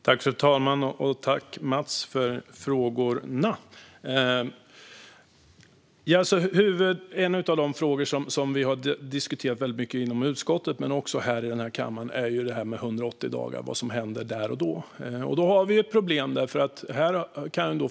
Fru talman! Jag tackar Mats för frågorna. En av de frågor som vi har diskuterat väldigt mycket inom utskottet men också här i kammaren är vad som händer efter 180 dagar. Där har vi ett problem.